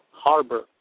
harbor